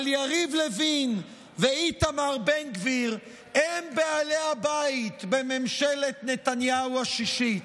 אבל יריב לוין ואיתמר בן גביר הם בעלי הבית בממשלת נתניהו השישית.